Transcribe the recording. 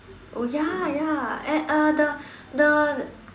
oh ya ya eh uh the the the